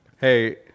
Hey